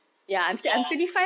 ya